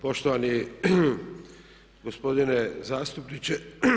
Poštovani gospodine zastupniče.